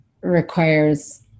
requires